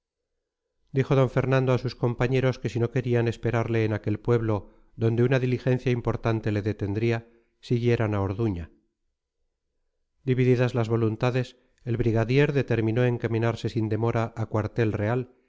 dijo d fernando a sus compañeros que si no querían esperarle en aquel pueblo donde una diligencia importante le detendría siguieran a orduña divididas las voluntades el brigadier determinó encaminarse sin demora al cuartel real